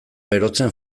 berotzen